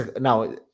now